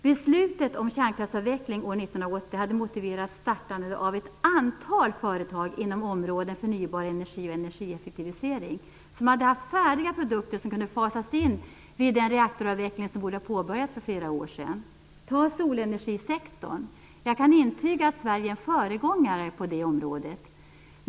Beslutet om kärnkraftsavveckling år 1980 hade motiverat startandet av ett antal företag inom områdena förnybar energi och energieffektivisering, så att man hade haft färdiga produkter som kunnat fasas in vid den reaktoravveckling som borde ha påbörjats för flera år sedan. Ta solenergisektorn! Jag kan intyga att Sverige är ett föregångsland på det området.